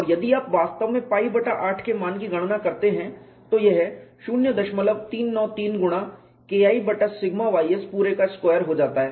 और यदि आप वास्तव में पाई बटा 8 के मान की गणना करते हैं तो यह 0393 गुणा KI बटा सिग्मा ys पूरे का स्क्वायर हो जाता है